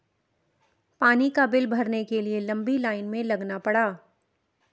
पानी का बिल भरने के लिए लंबी लाईन में लगना पड़ा